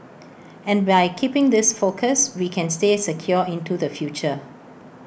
and by keeping this focus we can stay secure into the future